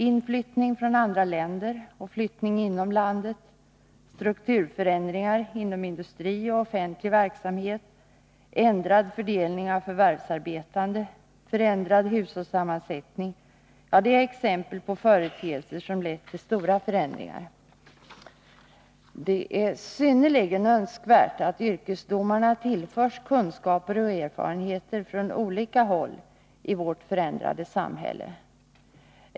Inflyttning från andra länder, flyttning inom landet, strukturförändringar inom industri och offentlig verksamhet, ändrad fördelning av förvärvsarbetande och förändrad hushållssammansättning är exempel på sådana företeelser. Det är synnerligen önskvärt att yrkesdomarna tillförs kunskaper och erfarenheter ifrån olika håll i vårt förändrade samhälle.